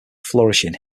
flourishing